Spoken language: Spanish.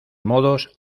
modos